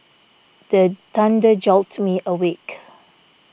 the thunder jolt me awake